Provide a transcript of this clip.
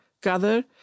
gather